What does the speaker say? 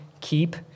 keep